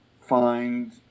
find